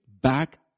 back